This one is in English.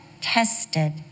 tested